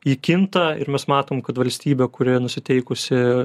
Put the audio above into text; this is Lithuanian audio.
ji kinta ir mes matom kad valstybė kurioje nusiteikusi